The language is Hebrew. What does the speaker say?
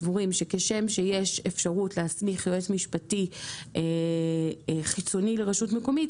סבורים שכשם שיש אפשרות להסמיך יועץ משפטי חיצוני לרשות מקומית,